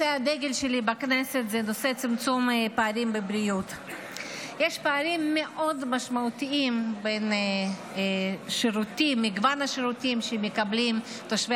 יש פערים מאוד משמעותיים בין מגוון השירותים שמקבלים תושבי